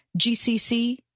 GCC